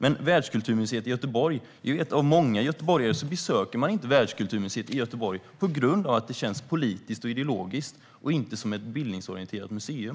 Anledningen till att många göteborgare inte besöker Världskulturmuseet i Göteborg är att museet känns politiskt och ideologiskt, inte som ett bildningsorienterat museum.